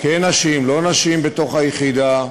כן נשים, לא נשים בתוך היחידה,